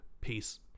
peace